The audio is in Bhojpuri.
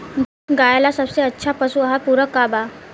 गाय ला सबसे अच्छा पशु आहार पूरक का बा?